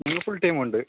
ഞങ്ങൾ ഫുൾ ടൈമുണ്ട്